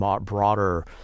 broader